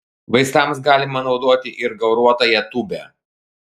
vaistams galima naudoti ir gauruotąją tūbę